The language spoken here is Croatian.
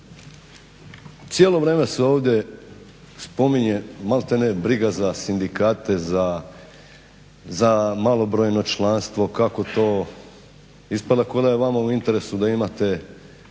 Cijelo vrijeme se ovdje spominje malte ne briga za sindikate, za malobrojno članstvo, kako to. Ispada kao da je vama u interesu da imate